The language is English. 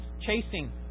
chasing